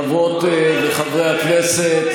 חברות וחברי הכנסת,